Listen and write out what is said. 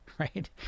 Right